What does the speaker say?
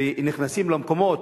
ונכנסים למקומות,